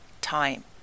time